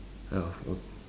kind of though